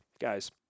guys